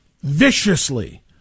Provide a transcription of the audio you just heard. viciously